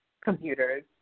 computers